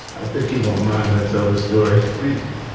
i think he won't mind. i tell the story. please do.